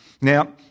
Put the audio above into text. Now